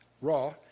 raw